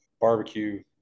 barbecue